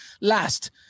last